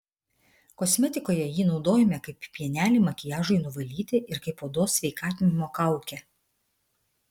kosmetikoje jį naudojame kaip pienelį makiažui nuvalyti ir kaip odos sveikatinimo kaukę